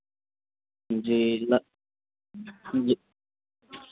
जी जी